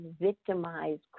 victimized